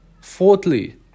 Fourthly